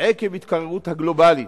עקב התקררות גלובלית.